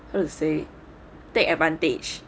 how to say take advantage